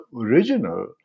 original